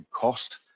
cost